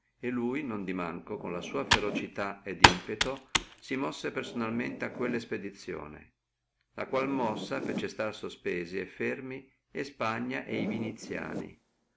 e non di manco con la sua ferocia et impeto si mosse personalmente a quella espedizione la quale mossa fece stare sospesi e fermi spagna e viniziani